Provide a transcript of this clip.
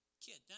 Kid